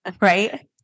Right